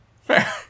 fair